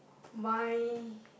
my